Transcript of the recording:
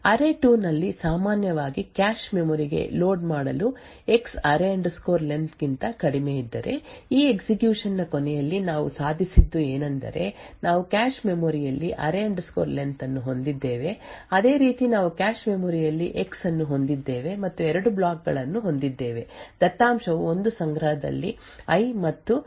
ಅರೇ2 ನಲ್ಲಿ ಸಾಮಾನ್ಯವಾಗಿ cache memory ಗೆ ಲೋಡ್ ಮಾಡಲು x array len array len ಗಿಂತ ಕಡಿಮೆಯಿದ್ದರೆ ಈ ಎಕ್ಸಿಕ್ಯೂಶನ್ ನ ಕೊನೆಯಲ್ಲಿ ನಾವು ಸಾಧಿಸಿದ್ದು ಏನೆಂದರೆ ನಾವು ಕ್ಯಾಶ್ ಮೆಮೊರಿ ಯಲ್ಲಿ ಅರೇ ಲೆನ್ array len ಅನ್ನು ಹೊಂದಿದ್ದೇವೆ ಅದೇ ರೀತಿ ನಾವು ಕ್ಯಾಶ್ ಮೆಮೊರಿ ಯಲ್ಲಿ ಎಕ್ಸ್ ಅನ್ನು ಹೊಂದಿದ್ದೇವೆ ಮತ್ತು 2 ಬ್ಲಾಕ್ ಗಳನ್ನು ಹೊಂದಿದ್ದೇವೆ ದತ್ತಾಂಶವು ಒಂದು ಸಂಗ್ರಹದಲ್ಲಿ ಐ ಮತ್ತು ಇನ್ನೊಂದು ವೈ ಗೆ ಅನುರೂಪವಾಗಿದೆ ಆದ್ದರಿಂದ ಈ ಎಲ್ಲಾ ಡೇಟಾ ಸಂಗ್ರಹದಲ್ಲಿ ಇರುತ್ತದೆ